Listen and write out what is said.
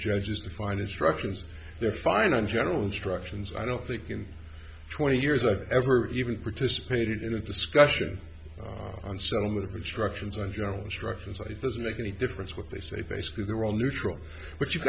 judges to find instructions they're firing on general instructions i don't think in twenty years i've ever even participated in a discussion on settlement which directions on general instructions like it doesn't make any difference what they say basically they're all neutral but you've